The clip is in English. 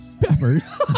peppers